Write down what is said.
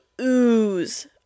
ooze